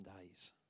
days